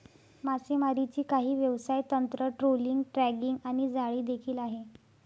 मासेमारीची काही व्यवसाय तंत्र, ट्रोलिंग, ड्रॅगिंग आणि जाळी देखील आहे